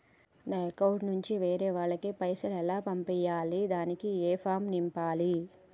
నా అకౌంట్ నుంచి వేరే వాళ్ళకు పైసలు ఎలా పంపియ్యాలి దానికి ఏ ఫామ్ నింపాలి?